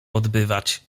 odbywać